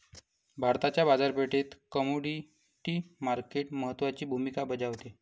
भारताच्या बाजारपेठेत commodity market महत्त्वाची भूमिका बजावते